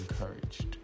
encouraged